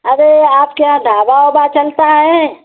अरे आपके यहाँ ढाबा ओबा चलता है